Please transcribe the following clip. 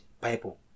bible